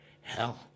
Hell